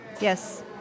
Yes